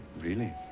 really?